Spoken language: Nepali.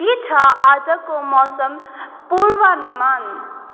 के छ आजको मौसम पूर्वानुमान